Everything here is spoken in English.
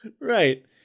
Right